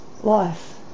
life